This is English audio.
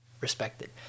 respected